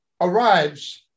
arrives